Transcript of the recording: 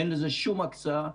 אין לזה שום הקצאה,